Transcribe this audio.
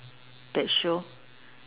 that show